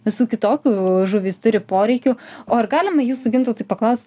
visų kitokių žuvys turi poreikių o ar galima jūsų gintautui paklaust